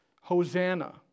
Hosanna